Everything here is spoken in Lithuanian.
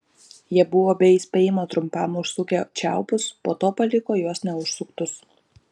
jie buvo be įspėjimo trumpam užsukę čiaupus po to paliko juos neužsuktus